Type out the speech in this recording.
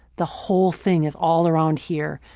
the whole thing is all around here.